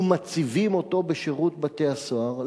ומציבים אותו בשירות בתי-הסוהר,